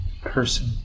person